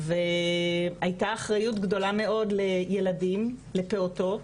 והייתה אחריות מאוד גדולה כלפיי ילדים וכלפיי פעוטות,